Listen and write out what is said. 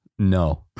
No